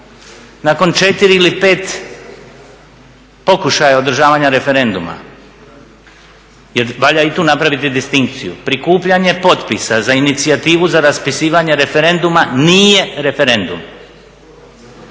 Nakon 4 ili 5 pokušaja održavanja referenduma, jer valja i tu napraviti distinkciju, prikupljanje potpisa za inicijativu za raspisivanje referenduma nije referendum